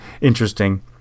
interesting